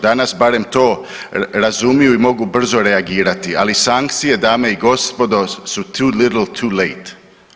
Danas barem to razumiju i mogu brzo reagirati, ali sankcije, dame i gospodo su too little too late.